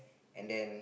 and then